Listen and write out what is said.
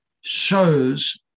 shows